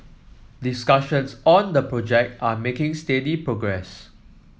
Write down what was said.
discussions on the project are making steady progress